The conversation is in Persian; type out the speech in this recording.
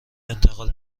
انتقال